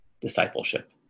discipleship